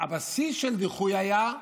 הבסיס של הדיחוי היה,